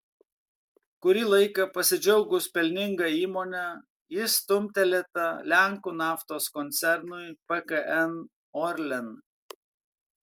kurį laiką pasidžiaugus pelninga įmone ji stumtelėta lenkų naftos koncernui pkn orlen